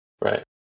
Right